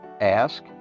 Ask